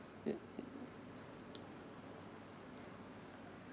uh uh